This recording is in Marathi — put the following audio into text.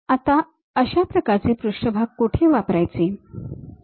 आता अशा प्रकारचे पृष्ठभाग कोठे वापरायचे